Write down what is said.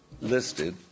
listed